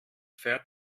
fährt